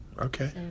Okay